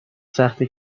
سخته